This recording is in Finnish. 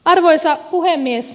arvoisa puhemies